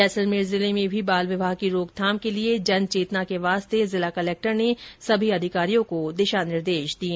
जैसलमेर जिले में भी बाल विवाह की रोकथाम के लिए जन चेतना के वास्ते जिला कलेक्टर ने सभी अधिकारियों को दिशा निर्देश दिए